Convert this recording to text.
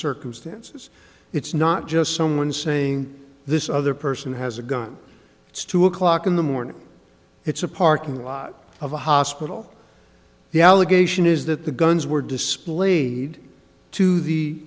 circumstances it's not just someone saying this other person has a gun it's two o'clock in the morning it's a parking lot of a hospital the allegation is that the guns were displayed to the